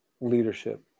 Leadership